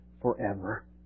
forever